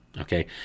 Okay